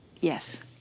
Yes